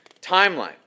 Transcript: timeline